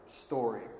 story